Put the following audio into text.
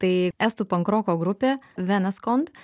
tai estų pankroko grupė venas kont